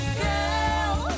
girl